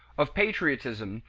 of patriotism,